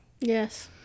Yes